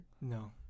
No